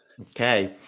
Okay